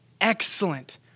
excellent